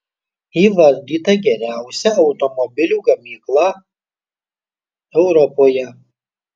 įvardyta geriausia automobilių gamykla europoje